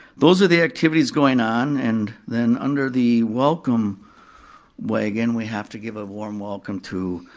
those are the activities going on, and then under the welcome wagon, we have to give a warm welcome to